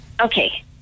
Okay